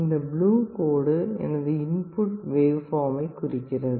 இந்த ப்ளூ கோடு எனது இன்புட் வேவ்பார்மை குறிக்கிறது